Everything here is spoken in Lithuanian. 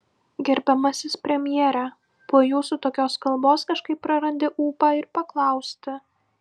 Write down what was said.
gerbiamasis premjere po jūsų tokios kalbos kažkaip prarandi ūpą ir paklausti